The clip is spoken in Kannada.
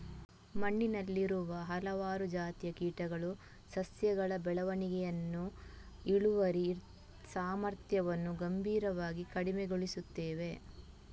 ಮಣ್ಣಿನಲ್ಲಿರುವ ಹಲವಾರು ಜಾತಿಯ ಕೀಟಗಳು ಸಸ್ಯಗಳ ಬೆಳವಣಿಗೆಯನ್ನು, ಇಳುವರಿ ಸಾಮರ್ಥ್ಯವನ್ನು ಗಂಭೀರವಾಗಿ ಕಡಿಮೆಗೊಳಿಸುತ್ತವೆ